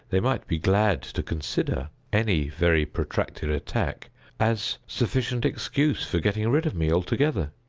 they might be glad to consider any very protracted attack as sufficient excuse for getting rid of me altogether.